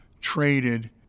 traded